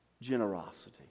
generosity